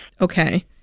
Okay